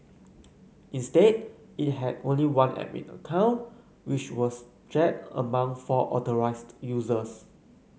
instead it had only one admin account which was shared among four authorised users